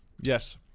Yes